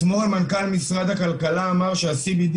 אתמול מנכ"ל משרד הכלכלה אמר שה-CBD